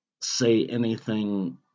say-anything